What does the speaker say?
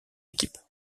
équipe